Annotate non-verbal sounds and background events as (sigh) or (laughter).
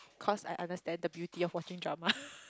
cause I understand the beauty of watching drama (laughs)